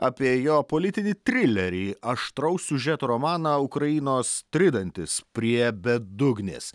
apie jo politinį trilerį aštraus siužeto romaną ukrainos tridantis prie bedugnės